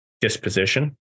disposition